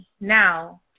now